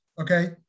Okay